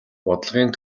бодлогын